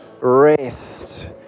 Rest